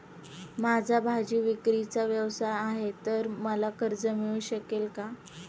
माझा भाजीविक्रीचा व्यवसाय आहे तर मला कर्ज मिळू शकेल का?